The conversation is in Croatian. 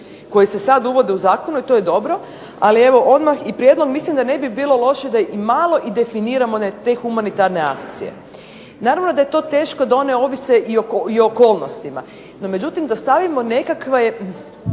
koje se sad uvode u zakonu i to je dobro. Ali evo odmah i prijedlog, mislim da ne bi bilo loše da i malo i definiramo te humanitarne akcije. Naravno da je to teško da one ovise i o okolnostima. No međutim, da stavimo nekakve